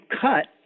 cut